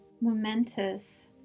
momentous